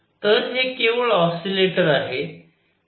तर हे केवळ ऑसिलेटर आहे